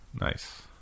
Nice